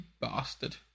bastard